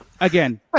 again